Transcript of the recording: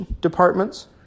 departments